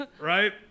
Right